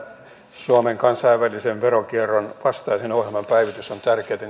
suomen kansainvälisen veronkierron vastaisen ohjelman päivitys on tärkeätä